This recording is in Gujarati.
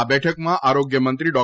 આ બેઠકમાં આરોગ્ય મંત્રી ડો